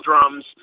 drums